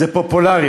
זה פופולרי.